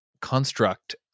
construct